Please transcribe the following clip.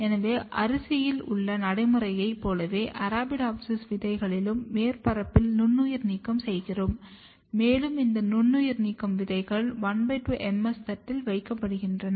எனவே அரிசியில் உள்ள நடைமுறையைப் போலவே அரபிடோப்சிஸின் விதைகளையும் மேற்பரப்பில் நுண்ணுயிர் நீக்கம் செய்கிறோம் மேலும் இந்த நுண்ணுயிர் நீக்கம் விதைகள் 12 MS தட்டில் வைக்கப்படுகின்றன